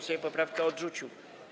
Sejm poprawkę odrzucił.